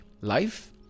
life